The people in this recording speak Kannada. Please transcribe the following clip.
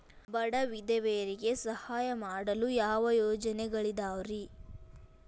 ಬಡ ವಿಧವೆಯರಿಗೆ ಸಹಾಯ ಮಾಡಲು ಯಾವ ಯೋಜನೆಗಳಿದಾವ್ರಿ?